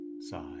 side